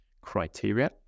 criteria